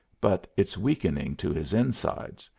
but it's weakening to his insides,